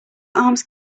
arms